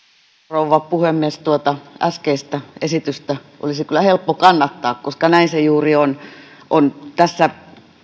rouva puhemies tuota äskeistä esitystä olisi kyllä helppo kannattaa koska näin se juuri on on tässä